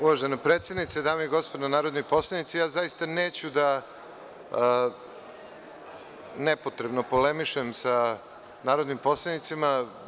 Uvažena predsednice, dame i gospodo narodni poslanici, ja zaista neću da nepotrebno polemišem sa narodnim poslanicima.